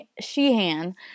Sheehan